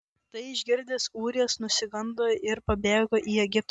tai išgirdęs ūrijas nusigando ir pabėgo į egiptą